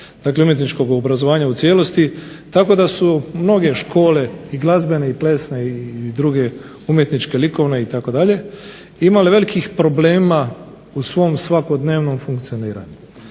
umjetničkog obrazovanja u cijelosti, tako da su mnoge škole i glazbene i plesne, umjetničke, likovne itd., imale velikih problema u svom funkcioniranju.